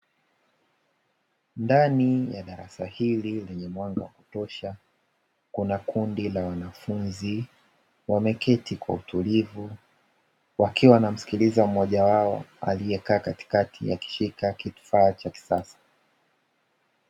Ndani ya darasa hili lenye mwanga wa kutosha, kuna kundi la wanafunzi wameketi kwa utulivu, wakiwa wanamsikiliza mmoja wao aliyekaa katikati akishika kifaa cha kisasa.